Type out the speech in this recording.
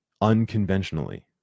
unconventionally